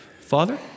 Father